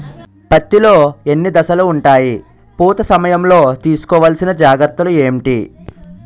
పత్తి లో ఎన్ని దశలు ఉంటాయి? పూత సమయం లో తీసుకోవల్సిన జాగ్రత్తలు ఏంటి?